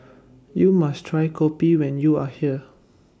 YOU must Try Kopi when YOU Are here